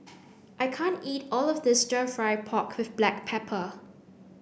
I can't eat all of this stir fry pork with black pepper